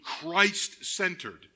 Christ-centered